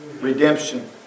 Redemption